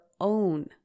own